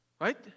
right